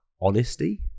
honesty